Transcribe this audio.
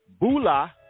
Bula